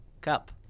Cup